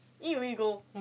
illegal